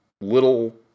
little